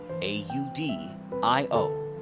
a-u-d-i-o